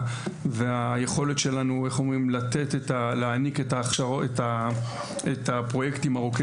והיכולת שלנו להעניק את הפרויקטים ארוכי